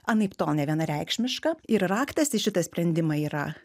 anaiptol nevienareikšmiška ir raktas į šitą sprendimą yra